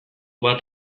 bat